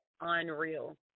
unreal